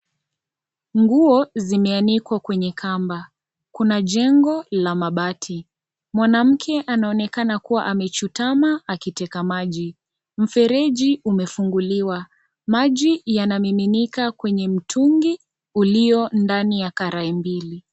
Nguo zimeanikwa kwenye kamba, kuna jengo la mabati. Mwanamke anaonekana kuwa amechutama akichota maji. Mfereji umefunguliwa, maji yanamiminika kwenye mtungi uliyo ndani ya karai mbili.